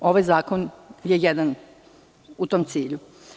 Ovaj zakon je jedan u tom cilju.